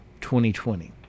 2020